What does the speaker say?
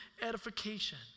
edification